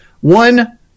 one